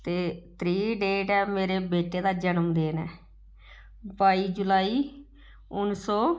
ते त्री डेट ऐ मेरे बेटे दा जनम दिन ऐ बाई जुलाई उन्नी सौ